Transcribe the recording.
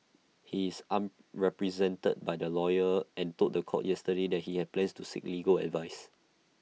he is unrepresented by the lawyer and told The Court yesterday that he have plans to seek legal advice